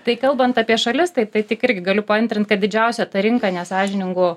tai kalbant apie šalis tai tai tik irgi galiu paantrint kad didžiausia ta rinka nesąžiningų